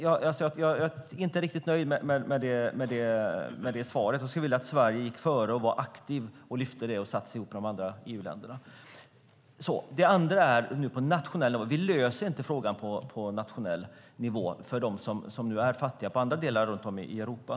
Jag är alltså inte riktigt nöjd med det svaret. Jag skulle vilja att Sverige gick före - att vi var aktiva, lyfte upp detta och satsade ihop med de andra EU-länderna. Sedan löser vi inte frågan på nationell nivå för dem som är fattiga i andra delar runt om i Europa.